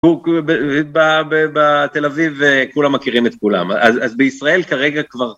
הוא בא ב ב... בתל אביב וכולם מכירים את כולם, אז בישראל כרגע כבר...